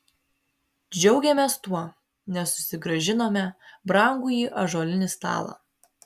džiaugėmės tuo nes susigrąžinome brangųjį ąžuolinį stalą